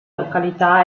località